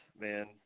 man